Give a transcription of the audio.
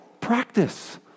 practice